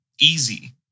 easy